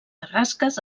carrasques